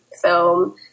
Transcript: film